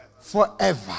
forever